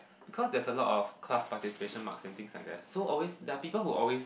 cause there's a lot of class participation marks and things like that so always there are people who always